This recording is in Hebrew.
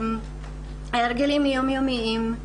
הרגלים יום יומיים,